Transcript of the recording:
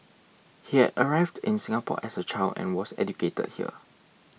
he had arrived in Singapore as a child and was educated here